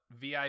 VIP